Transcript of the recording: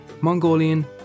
Mongolian